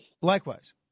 Likewise